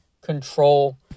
control